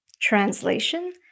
Translation